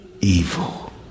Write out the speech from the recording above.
evil